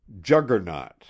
JUGGERNAUT